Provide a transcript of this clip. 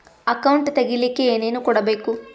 Account ತೆಗಿಲಿಕ್ಕೆ ಏನೇನು ಕೊಡಬೇಕು?